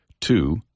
Two